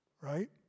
Right